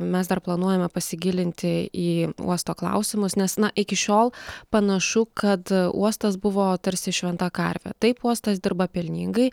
mes dar planuojame pasigilinti į uosto klausimus nes na iki šiol panašu kad uostas buvo tarsi šventa karvė taip uostas dirba pelningai